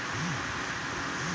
QR code का ह?